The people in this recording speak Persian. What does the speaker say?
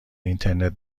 اینترنت